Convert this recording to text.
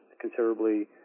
considerably